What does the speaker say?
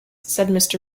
said